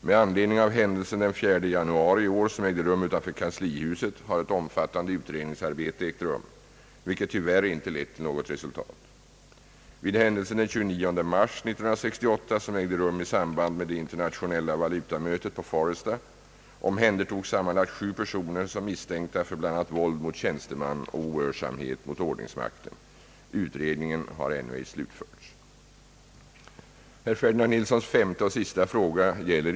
Med anledning av händelsen den 4 januari i år, som ägde rum utanför kanslihuset, har ett omfattande utredningsarbete ägt rum, vilket tyvärr inte lett till något resultat. Vid händelsen den 29 mars 1968, som ägde rum i samband med det internationella valutamötet på Foresta, omhändertogs sammanlagt 7 personer som misstänkta för bl.a. våld mot tjänsteman och ohörsamhet mot ordningsmakten. Utredningen har ännu ej slutförts. 3.